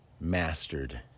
mastered